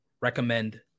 recommend